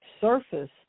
surface